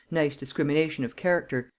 nice discrimination of character,